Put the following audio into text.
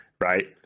right